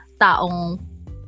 taong